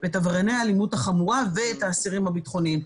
את עברייני האלימות החמורה ואת האסירים הביטחוניים,